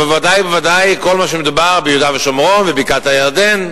ובוודאי ובוודאי כל מה שמדובר ביהודה ושומרון ובקעת-הירדן,